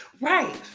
Right